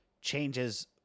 changes